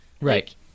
Right